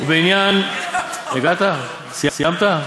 הגעת, סיימת?